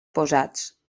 posats